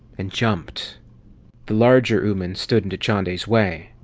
and jumped the larger ooman stood in dachande's way.